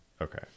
Okay